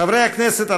חברי הכנסת,